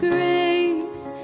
Grace